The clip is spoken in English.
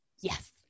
Yes